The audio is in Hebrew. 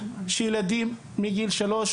יש חוק במדינת ישראל לפיו ילדים מגיל שלוש